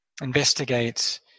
investigate